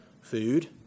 Food